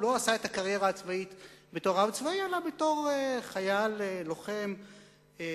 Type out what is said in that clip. הוא לא עשה את הקריירה הצבאית בתור רב צבאי אלא בתור חייל לוחם ומפקד.